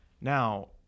Now